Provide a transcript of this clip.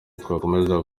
twakomeza